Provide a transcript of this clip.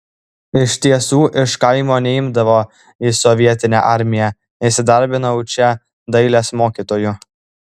iš tiesų iš kaimo neimdavo į sovietinę armiją įsidarbinau čia dailės mokytoju